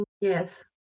yes